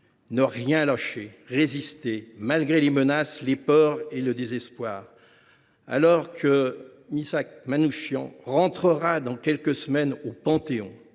ne rien lâcher et résister, malgré les menaces, les peurs et le désespoir. Alors que Missak Manouchian entrera dans quelques semaines au Panthéon